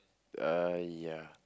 uh ya